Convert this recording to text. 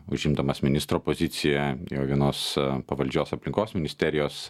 užimdamas ministro poziciją jo vienos pavaldžios aplinkos ministerijos